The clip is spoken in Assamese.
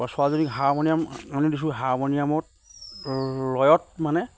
ছোৱালীজনীক হাৰমনিয়াম আনি দিছোঁ হাৰমনিয়ামত লয়ত মানে